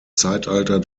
zeitalter